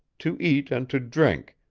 to eat and to drink,